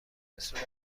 بهصورت